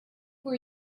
for